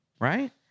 right